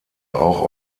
auch